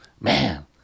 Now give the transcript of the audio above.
man